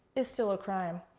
is still a crime.